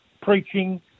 preaching